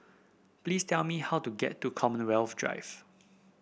please tell me how to get to Commonwealth Drive